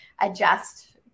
adjust